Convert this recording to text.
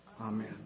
Amen